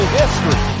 history